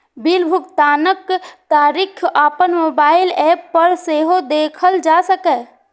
bill भुगतानक तारीख अपन मोबाइल एप पर सेहो देखल जा सकैए